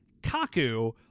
kaku